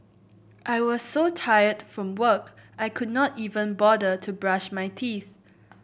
I was so tired from work I could not even bother to brush my teeth